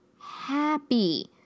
happy